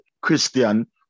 Christian